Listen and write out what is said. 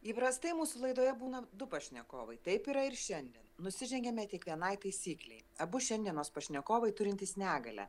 įprastai mūsų laidoje būna du pašnekovai taip yra ir šiandien nusižengiame tik vienai taisyklei abu šiandienos pašnekovai turintys negalią